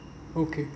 okay